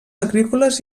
agrícoles